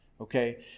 Okay